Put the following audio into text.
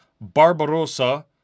Barbarossa